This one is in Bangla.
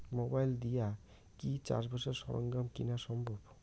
মোবাইল দিয়া কি চাষবাসের সরঞ্জাম কিনা সম্ভব?